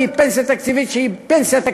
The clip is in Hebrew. כי היא פנסיה תקציבית שהיא תוך-מפעלית,